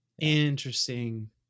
Interesting